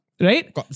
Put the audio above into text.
Right